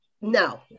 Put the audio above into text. No